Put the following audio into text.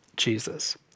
Jesus